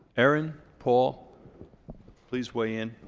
aaron, paul please weigh in